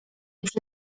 przy